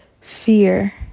fear